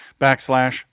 backslash